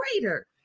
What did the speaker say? greater